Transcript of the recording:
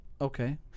Okay